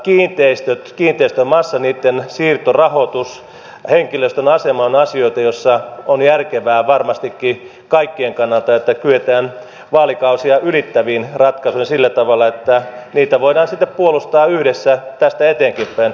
kiinteistöt kiinteistömassat niitten siirtorahoitus henkilöstön asema ovat asioita joissa on järkevää varmastikin kaikkien kannalta että kyetään vaalikausia ylittäviin ratkaisuihin sillä tavalla että niitä voidaan sitten puolustaa yhdessä tästä eteenkinpäin